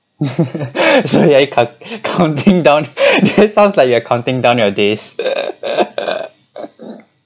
so you already count counting down it sounds like you are counting down your days